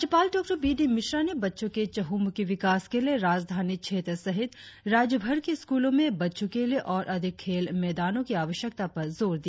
राज्यपाल Dr B D Mishra ने बच्चों के चहंमुखी विकास के लिए राजधानी क्षेत्र सहित राज्यभर के स्कूलों में बच्चों के लिए और अधिक खेल मैदानों की आवश्यकता पर जोर दिया